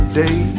day